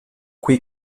quei